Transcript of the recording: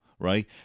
Right